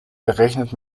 berechnet